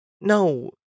No